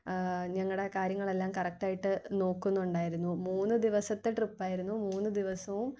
ഞങ്ങളുടെ കാര്യങ്ങളെല്ലാം കറക്റ്റ് ആയിട്ട് നോക്കുന്നുണ്ടായിരുന്നു മൂന്ന് ദിവസത്തെ ട്രിപ്പ് ആയിരുന്നു മൂന്ന് ദിവസവും